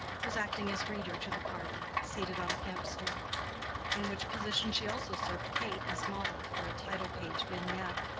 was acting as reader to the party, seated on a camp-stool in which position she also served kate as model for a title-page vignette,